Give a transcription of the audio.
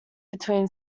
between